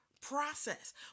process